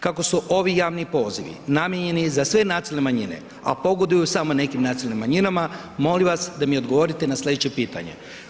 Kako su ovi javni pozivi namijenjeni za sve nacionalne manjine a pogoduju samo nekim nacionalnim manjinama, molim vas da mi odgovorite na slijedeće pitanje.